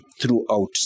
throughout